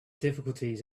difficulties